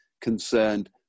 concerned